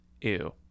ew